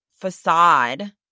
facade